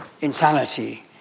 insanity